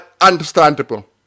understandable